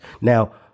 now